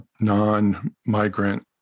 non-migrant